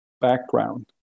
background